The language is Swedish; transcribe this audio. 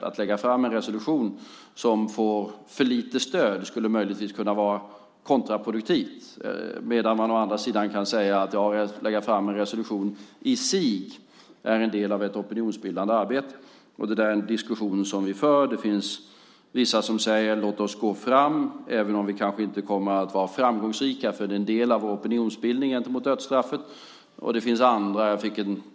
Att lägga fram en resolution som får för lite stöd skulle kunna vara kontraproduktivt, medan man å andra sidan kan säga att ett framläggande av en resolution i sig är en del av ett opinionsbildande arbete. Det är en diskussion som vi för. Det finns vissa som säger att vi ska gå fram även om vi kanske inte kommer att vara framgångsrika, eftersom det är en del av opinionsbildningen mot dödsstraffet. Det finns dock andra som tycker annat.